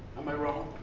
am i wrong?